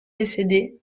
décédée